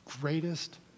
greatest